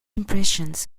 impressions